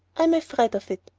i'm afraid of it.